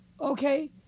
Okay